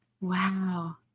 Wow